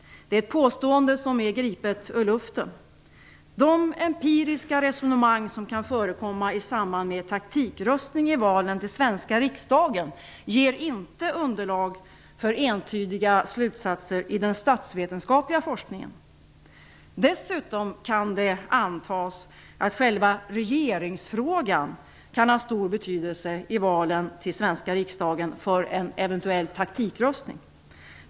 Det är ett påstående som är gripet ur luften. De empiriska resonemang som kan förekomma i samband med taktikröstning i valen till svenska riksdagen ger inte underlag för entydiga slutsatser i den statsvetenskapliga forskningen. Dessutom kan det antas att själva regeringsfrågan kan ha stor betydelse i valen till svenska riksdagen för en eventuell taktikröstning.